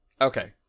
Okay